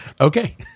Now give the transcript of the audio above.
Okay